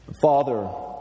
Father